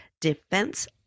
Defense